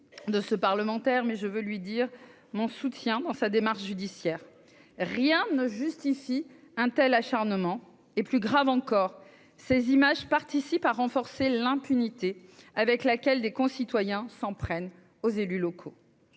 de partager toutes ses idées, je veux lui dire mon soutien dans sa démarche judiciaire. Rien ne justifie un tel acharnement. Et, ce qui est plus grave encore, ces images contribuent à renforcer l'impunité avec laquelle des concitoyens s'en prennent aux élus locaux.